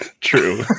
true